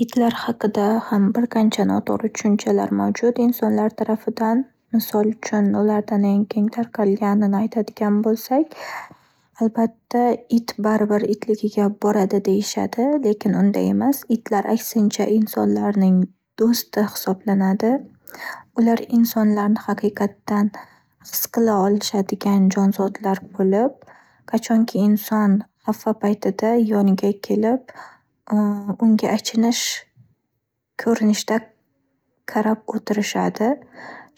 Itlar haqida ham bir qancha noto'g'ri tushunchalar mavjud insonlar tarafidan. Misol uchun, ulardan eng keng tarqalganini aytadigan bo'lsak, albatta, it baribir itligiga boradi deyishadi. Lekin unday emas. Itlar aksincha, insonlarning do'sti hisoblanadi. Ular insonlarni haqiqatdan his qila olishadigan jonzotlar bo'lib, qachonki inson xafa paytida yoniga kelib, unga achinish ko'rinishda qarab o'tirishadi.